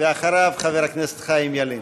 חבר הכנסת חיים ילין.